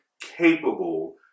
capable